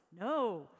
No